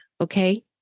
okay